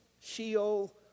Sheol